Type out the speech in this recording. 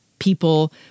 people